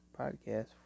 podcast